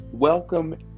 Welcome